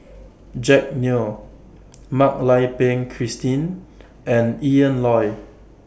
Jack Neo Mak Lai Peng Christine and Ian Loy